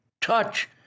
touch